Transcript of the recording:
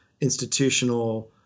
institutional